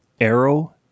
Arrow